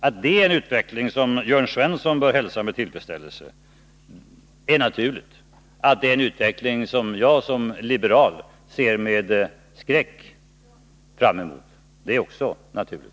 Att det är en utveckling som Jörn Svensson bör hälsa med tillfredsställelse är naturligt, att det är en utveckling som jag som liberal ser fram emot med skräck är också naturligt.